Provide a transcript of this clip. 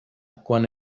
quan